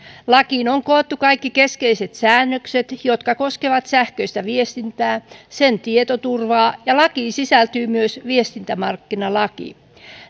lakiin on koottu kaikki keskeiset säännökset jotka koskevat sähköistä viestintää ja sen tietoturvaa ja lakiin sisältyy myös viestintämarkkinalaki